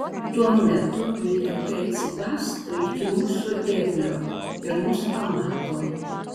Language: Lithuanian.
tuo metu vilkiukai atsibasto iki mūsų ėglio ir mus pamato